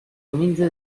humilde